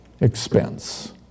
expense